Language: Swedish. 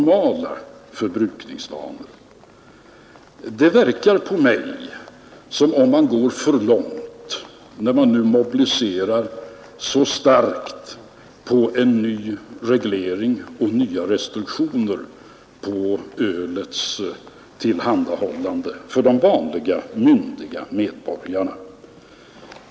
Det verkar på mig som om man går för långt när man nu mobiliserar så starkt för en ny reglering och nya restriktioner beträffande ölets tillhandahållande för de vanliga myndiga medborgarna.